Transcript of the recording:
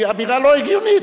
היא אמירה לא הגיונית,